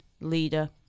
leader